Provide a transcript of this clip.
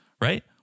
right